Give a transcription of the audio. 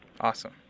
awesome